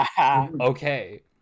okay